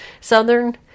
southern